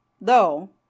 though